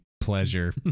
pleasure